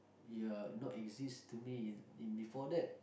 ya not exist to me before that